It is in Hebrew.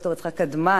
ד"ר יצחק קדמן,